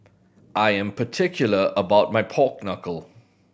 I am particular about my pork knuckle